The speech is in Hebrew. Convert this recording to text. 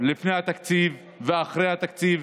לפני התקציב ואחרי התקציב,